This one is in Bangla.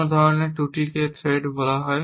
অন্য ধরনের ত্রুটিকে থ্রেড বলা হয়